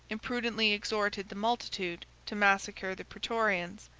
imprudently exhorted the multitude to massacre the praetorians,